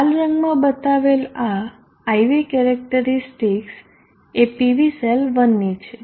લાલ રંગમાં બતાવેલ આ IV કેરેક્ટરીસ્ટિકસ એ PV સેલ 1 ની છે